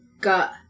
got